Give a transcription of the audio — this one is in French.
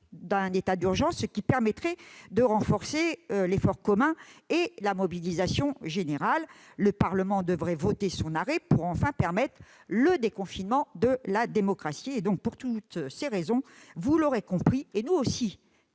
d'un état d'urgence ; cela permettrait de renforcer l'effort commun et la mobilisation générale. Le Parlement devrait voter son arrêt pour enfin permettre le déconfinement de la démocratie. Pour toutes ces raisons, c'est nous aussi